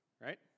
right